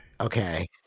Okay